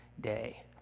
day